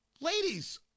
Ladies